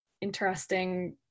interesting